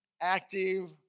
active